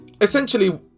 Essentially